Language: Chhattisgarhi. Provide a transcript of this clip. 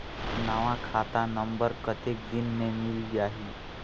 नवा खाता नंबर कतेक दिन मे मिल जाही?